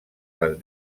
les